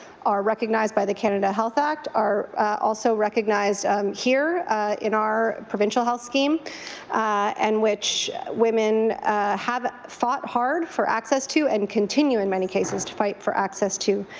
are recognized by the canada health act, are also recognized here in our provincial health scheme and which women have fought hard for access to and continue in many cases to fight for access to.